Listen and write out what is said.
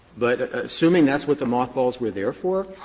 but assuming that's what the mothballs were there for,